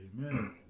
Amen